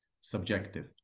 subjective